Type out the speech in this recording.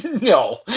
No